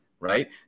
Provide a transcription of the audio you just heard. Right